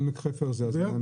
בעמק חפר זה עובד.